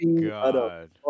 God